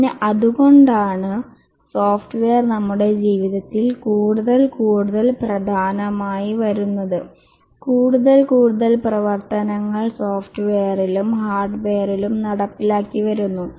പിന്നെ അതുകൊണ്ടാണ് സോഫ്റ്റ്വെയർ നമ്മുടെ ജീവിതത്തിൽ കൂടുതൽ കൂടുതൽ പ്രധാനമായി വരുന്നത് കൂടുതൽ കൂടുതൽ പ്രവർത്തനങ്ങൾ സോഫ്റ്റ്വെയറിലും ഹാർഡ്വെയറിലും നടപ്പിലാക്കി വരുന്നു